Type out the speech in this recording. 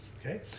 okay